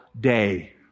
day